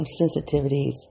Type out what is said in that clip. sensitivities